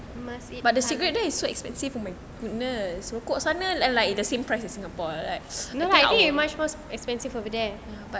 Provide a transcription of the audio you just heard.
must eat halal no lah I think it's much more expensive over there